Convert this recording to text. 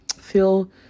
feel